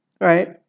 right